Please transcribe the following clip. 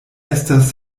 estas